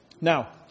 Now